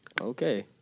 Okay